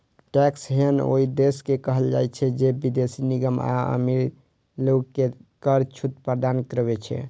tax haven ओइ देश के कहल जाइ छै, जे विदेशी निगम आ अमीर लोग कें कर छूट प्रदान करै छै